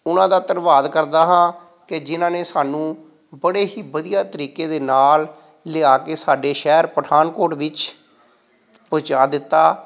ਉਹਨਾਂ ਦਾ ਧੰਨਵਾਦ ਕਰਦਾ ਹਾਂ ਕਿ ਜਿਨ੍ਹਾਂ ਨੇ ਸਾਨੂੰ ਬੜੇ ਹੀ ਵਧੀਆ ਤਰੀਕੇ ਦੇ ਨਾਲ ਲਿਆ ਕੇ ਸਾਡੇ ਸ਼ਹਿਰ ਪਠਾਨਕੋਟ ਵਿੱਚ ਪਹੁੰਚਾ ਦਿੱਤਾ